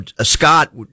scott